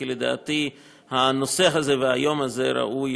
כי לדעתי הנושא הזה והיום הזה ראויים